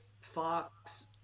Fox